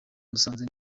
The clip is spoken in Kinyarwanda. musanze